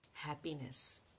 happiness